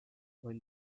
when